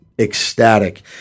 ecstatic